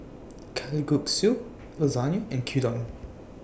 Kalguksu Lasagna and Gyudon